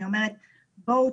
אני אומרת בואו,